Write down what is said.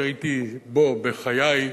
שהייתי בו בחיי,